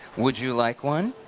would you like one?